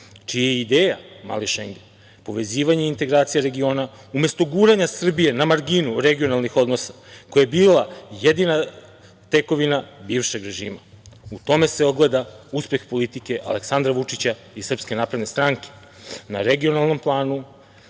čija je ideja „Mali Šengen“, povezivanje integracija regiona, umesto guranja Srbije na marginu regionalnih odnosa, koja je bila jedina tekovina bivšeg režima. U tome se ogleda uspeh politike Aleksandra Vučića i SNS na regionalnom planu